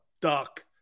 Duck